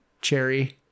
cherry